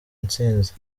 intsinzi